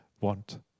want